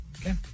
Okay